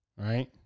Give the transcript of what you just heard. Right